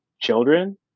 children